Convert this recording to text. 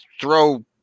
Throw